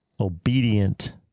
obedient